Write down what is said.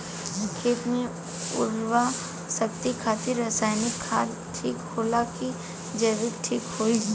खेत के उरवरा शक्ति खातिर रसायानिक खाद ठीक होला कि जैविक़ ठीक होई?